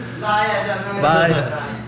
Bye